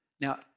Now